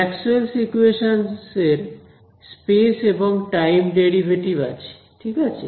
Maxwell's equations Maxwell's equations এর space এবং time derivative আছে ঠিক আছে